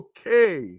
Okay